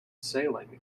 sailing